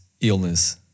illness